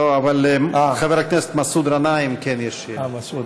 לא, אבל לחבר הכנסת מסעוד גנאים כן יש שאלה.